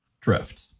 Drift